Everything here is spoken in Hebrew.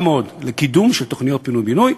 מאוד לקידום תוכניות של פינוי-בינוי.